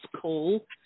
call